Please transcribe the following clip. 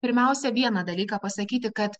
pirmiausia vieną dalyką pasakyti kad